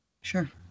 Sure